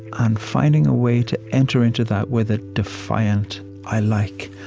and finding a way to enter into that with a defiant i like.